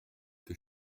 que